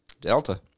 Delta